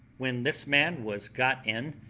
when this man was got in,